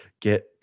get